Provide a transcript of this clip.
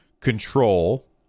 Control